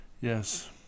Yes